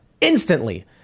instantly